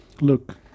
Look